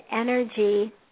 energy